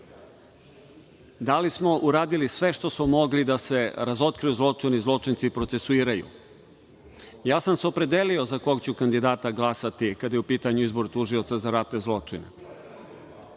da li smo uradili sve što smo mogli da se razotkriju zločini i zločinci procesuiraju. Ja sam se opredelio za kog kandidata glasati kada je u pitanju izbor Tužioca za ratne zločine.